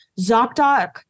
Zocdoc